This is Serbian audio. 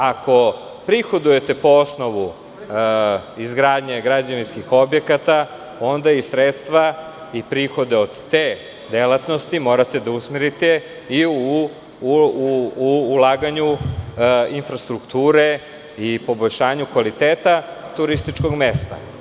Ako prihodujete po osnovu izgradnje građevinskih objekata, onda i sredstva i prihodi od te delatnosti morate da usmerite i u ulaganju infrastrukture i poboljšanju kvaliteta turističkog mesta.